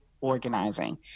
organizing